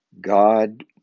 God